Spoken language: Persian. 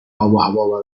آبوهوا